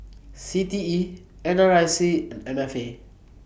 C T E N R I C and M F A